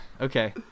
okay